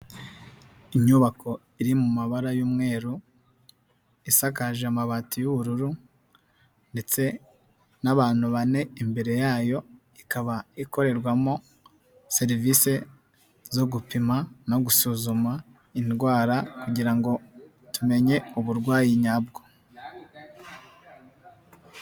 Inyubako iri mu mabara y'umweru, isakaje amabati y'ubururu, ndetse n'abantu bane imbere yayo ikaba ikorerwamo, serivise zo gupima, no gusuzuma indwara, kugira ngo tumenye uburwayi nyabwo.